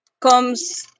comes